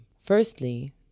Firstly